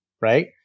right